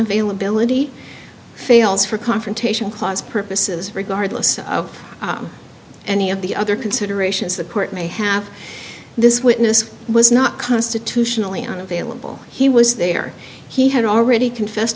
availability fails for confrontation clause purposes regardless of any of the other considerations the court may have this witness was not constitutionally unavailable he was there he had already confess